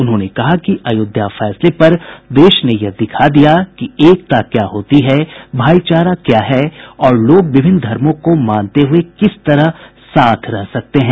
उन्होंने कहा कि अयोध्या फैसले पर देश ने यह दिखा दिया कि एकता क्या होती है भाईचारा क्या है और लोग विभिन्न धर्मों को मानते हुए किस तरह साथ रह सकते हैं